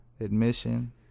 admission